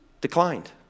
declined